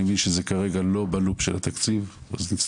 אני מבין שכרגע זה לא בלופ של התקציב,